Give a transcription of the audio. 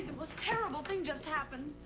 most terrible thing just happened!